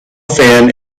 fin